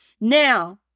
Now